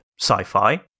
sci-fi